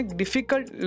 difficult